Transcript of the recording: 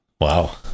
wow